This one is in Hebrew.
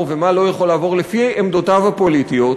ומה לא יכול לעבור לפי עמדותיו הפוליטיות,